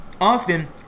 Often